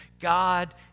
God